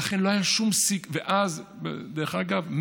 דרך אגב,